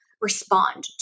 respond